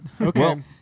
Okay